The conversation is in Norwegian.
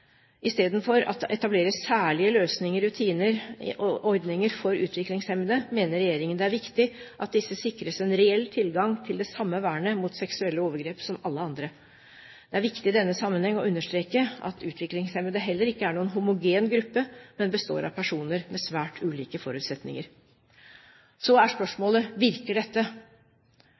Istedenfor at det etableres særlige løsninger, rutiner og ordninger for utviklingshemmede, mener regjeringen det er viktig at disse sikres en reell tilgang til det samme vernet mot seksuelle overgrep som alle andre. Det er viktig i denne sammenheng å understreke at utviklingshemmede heller ikke er noen homogen gruppe, men består av personer med svært ulike forutsetninger. Så er spørsmålet: Virker dette?